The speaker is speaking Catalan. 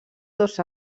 dos